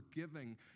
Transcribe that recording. forgiving